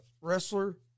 wrestler